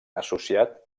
associat